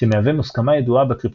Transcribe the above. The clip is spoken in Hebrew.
שמהווה מוסכמה ידועה בקריפטוגרפיה.